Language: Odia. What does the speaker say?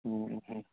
ହୁଃ